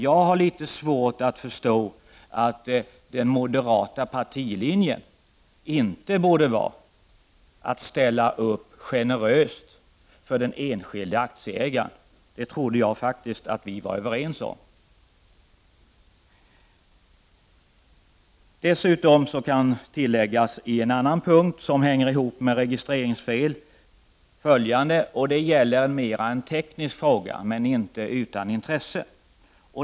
Jag har litet svårt att förstå att den moderata partilinjen inte skulle vara att ställa upp generöst för den enskilde aktieägaren. Det trodde jag faktiskt att vi var överens om. Dessutom kan följande tilläggas, som hänger ihop med registreringsfel men mera gäller en teknisk fråga, vilken dock inte är utan intresse.